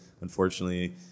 unfortunately